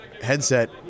headset